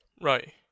Right